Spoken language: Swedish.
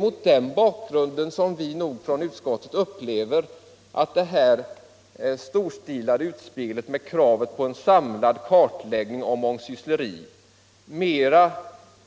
Mot den bakgrunden upplever vi inom utskottet att detta storstilade utspel med krav på en samlad kartläggning av mångsyssleriet är mer